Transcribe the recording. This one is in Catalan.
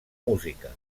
música